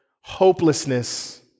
hopelessness